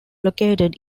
located